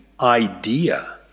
idea